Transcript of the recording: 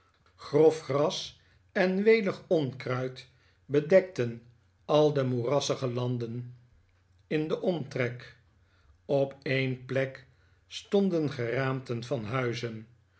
grof gras en welig onkruid bedekten al de moebij de rivier rassige landen in den omtrek op een plek stonden geraamten van huizen